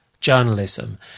journalism